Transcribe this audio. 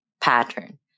pattern